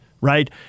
right